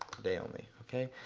today only, okay.